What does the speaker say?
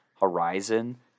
Horizon